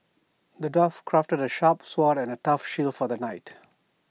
the dwarf crafted A sharp sword and A tough shield for the knight